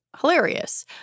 hilarious